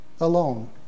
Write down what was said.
alone